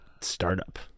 startup